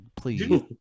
Please